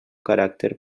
caràcter